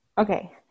Okay